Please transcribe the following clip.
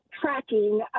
tracking